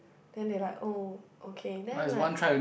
then they like oh okay then I'm like